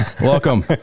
Welcome